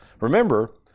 Remember